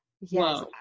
Yes